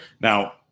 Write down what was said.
Now